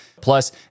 Plus